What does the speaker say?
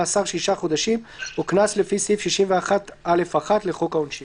מאסר שישה חודשים או קנס לפי סעיף 61(א)(1) לחוק העונשין.